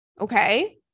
Okay